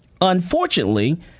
unfortunately